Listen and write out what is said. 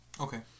Okay